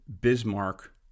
bismarck